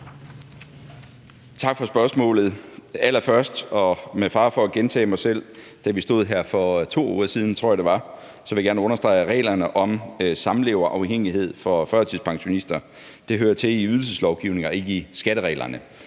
Tak for spørgsmålet. Allerførst – og med fare for at gentage mig selv, fra da vi stod her for 2 uger siden, tror jeg det var – vil jeg gerne understrege, at reglerne om samleverafhængighed for førtidspensionister hører til i ydelseslovgivningen og ikke i skattereglerne.